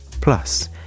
Plus